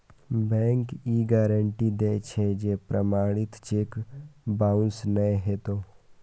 bank ई guarantee दै छै, जे प्रमाणित चेक बाउंस नै हेतै